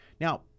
Now